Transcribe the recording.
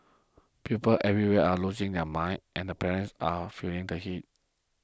pupils everywhere are losing their minds and parents are feeling the heat